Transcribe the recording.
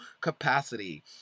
capacity